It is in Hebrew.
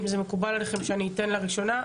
אם זה מקובל עליכם שאני אתן לה ראשונה.